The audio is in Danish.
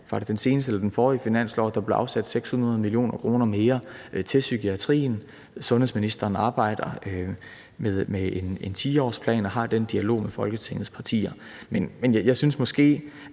var det på den seneste eller den forrige finanslov? – blev afsat 600 mio. kr. mere til psykiatrien. Sundhedsministeren arbejder med en 10-årsplan og har den dialog med Folketingets partier.